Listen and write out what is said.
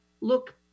look